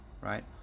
right